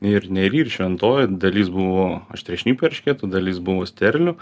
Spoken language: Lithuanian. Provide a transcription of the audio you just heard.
ir nery ir šventojoj dalis buvo aštriašnipių eršketų dalis buvo sterlių